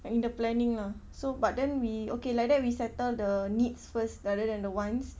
in the planning lah so but then we okay like that we settle the needs first rather than the wants